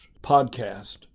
podcast